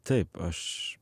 taip aš